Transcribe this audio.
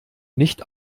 nicht